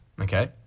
Okay